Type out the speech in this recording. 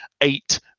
eight